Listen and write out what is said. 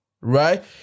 right